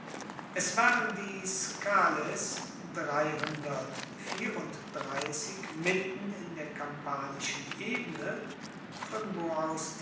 es waren dies cales mitten in der kampanischen ebene von wo aus